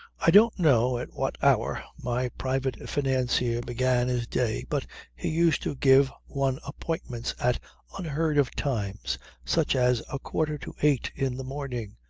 i don't know at what hour my private financier began his day, but he used to give one appointments at unheard of times such as a quarter to eight in the morning,